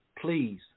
please